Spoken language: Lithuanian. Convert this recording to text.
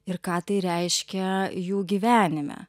ir ką tai reiškia jų gyvenime